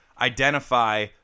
identify